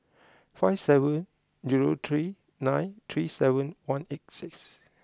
five seven zero three nine three seven one eight six